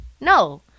No